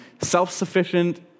self-sufficient